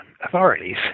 Authorities